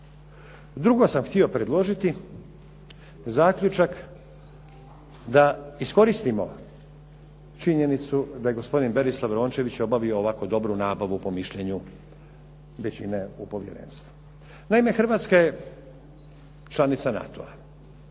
Drugo sam htio predložiti zaključak da iskoristimo činjenicu da je gospodin Berislav Rončević obavio ovako dobru nabavu po mišljenju većine u povjerenstvu. Naime, Hrvatska je članica NATO-a